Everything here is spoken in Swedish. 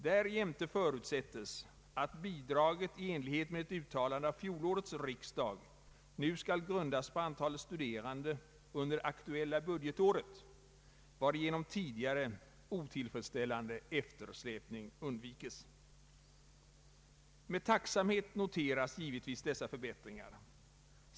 Därjämte förutsättes att bidraget i enlighet med ett uttalande av fjolårets riksdag nu skall grundas på antalet studerande under det aktuella budgetåret, varigenom tidigare otillfredsställande eftersläpning undvikes. Med tacksamhet noteras givetvis dessa förbättringar.